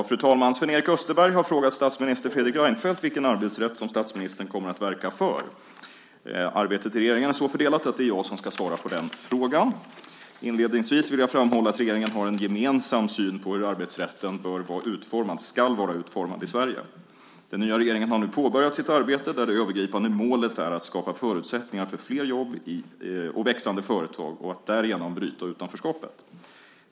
Fru talman! Sven-Erik Österberg har frågat statsminister Fredrik Reinfeldt vilken arbetsrätt som statsministern kommer att verka för. Arbetet i regeringen är så fördelat att det är jag som ska svara på frågan. Inledningsvis vill jag framhålla att regeringen har en gemensam syn på hur arbetsrätten ska vara utformad i Sverige. Den nya regeringen har nu påbörjat sitt arbete där det övergripande målet är att skapa förutsättningar för fler jobb i fler och växande företag och att därigenom bryta utanförskapet.